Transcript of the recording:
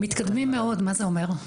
מתקדים מאוד מה זה אומר,